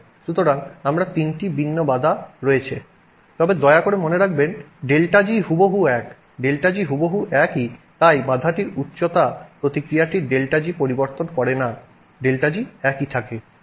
সুতরাং আমাদের তিনটি ভিন্ন বাধা রয়েছে তবে দয়া করে মনে রাখবেন ΔG হুবহু এক ΔG হুবহু একই তাই বাধাটির উচ্চতা প্রতিক্রিয়াটির ΔG পরিবর্তন করে না ΔG একই থাকে